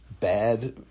bad